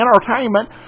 entertainment